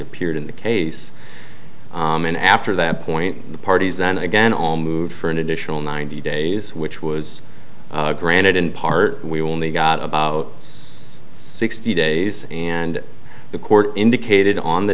appeared in the case and after that point the parties then again all moved for an additional ninety days which was granted in part we will only got about its sixty days and the court indicated on the